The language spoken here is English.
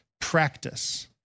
practice